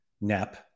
NEP